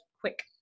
quick